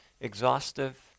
exhaustive